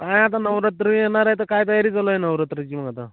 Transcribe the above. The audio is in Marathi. हा आता नवरात्र येणार आहे तर काय तयारी चालू आहे नवरात्रीची मग आता